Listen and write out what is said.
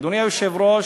אדוני היושב-ראש,